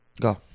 Go